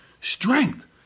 Strength